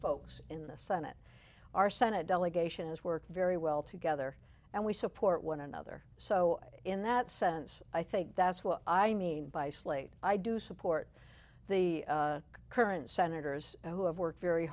folks in the senate our senate delegation is work very well together and we support one another so in that sense i think that's what i mean by slade i do support the current senators who have worked very